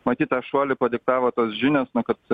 matyt tą šuolį padiktavo tos žinios kad